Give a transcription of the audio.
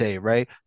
right